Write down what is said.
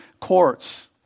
courts